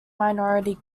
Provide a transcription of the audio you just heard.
minority